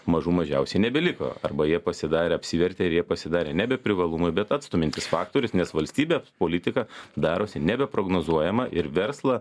mažų mažiausiai nebeliko arba jie pasidarė apsivertė ir jie pasidarė nebe privalumai be atstumiantis faktorius nes valstybė politika darosi nebeprognozuojama ir verslą